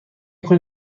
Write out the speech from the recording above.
کنی